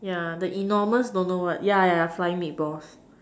yeah the enormous don't know what yeah yeah yeah flying meatballs